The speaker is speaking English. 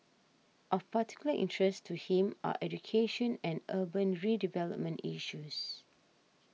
of particular interest to him are education and urban redevelopment issues